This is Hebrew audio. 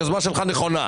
היוזמה שלך נכונה,